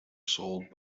sold